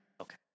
okay